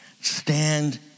stand